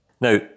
Now